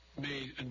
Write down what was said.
made